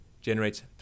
generates